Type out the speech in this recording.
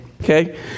okay